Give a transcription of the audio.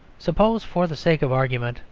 suppose, for the sake of argument,